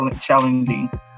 challenging